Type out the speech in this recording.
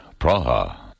Praha